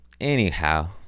Anyhow